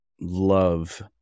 love